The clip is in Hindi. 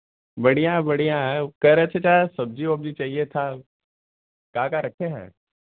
बढ़िया है बढ़िया है वह कह रहे थे चाचा सब्ज़ी वब्जी चाहिए था क्या क्या रखे हैं